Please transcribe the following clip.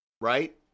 right